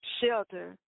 shelter